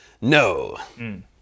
No